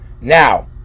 Now